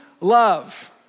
love